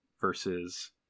versus